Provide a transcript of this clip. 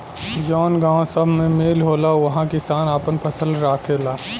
जवन गावं सभ मे मील होला उहा किसान आपन फसल राखेला